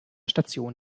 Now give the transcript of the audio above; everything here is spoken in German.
station